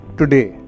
today